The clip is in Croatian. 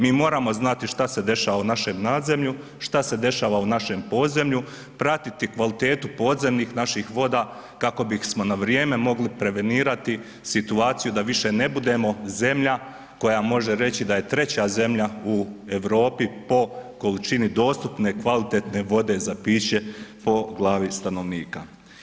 Mi moramo znati šta se dešava u našem nadzemlju, šta se dešava u našem podzemlju, pratiti kvalitetu podzemnih naših voda kako bismo na vrijeme mogli prevenirati situaciju da više ne budemo zemlja koja može reći da je treća zemlja u Europi po količini dostupne kvalitetne vode za piće po glavi stanovnika.